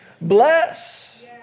bless